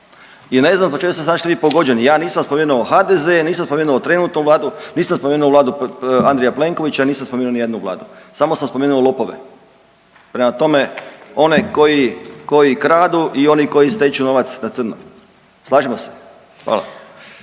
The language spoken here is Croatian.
I ne znam zbog čega ste zašto vi pogođeni, ja nisam spomenuo HDZ, nisam spomenuo trenutnu vladu, nisam spomenuo vladu Andreja Plenkovića, nisam spomenuo ni jednu vladu, samo sam spomenu lopove. Prema tome, onaj koji, koji kradu i oni koji steču novac na crno. Slažemo se? Hvala.